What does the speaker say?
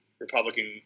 Republican